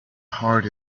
heart